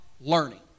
learning